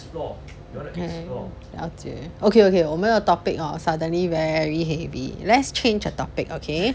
mm 了解 okay okay 我们的 topic suddenly very heavy let's change uh topic okay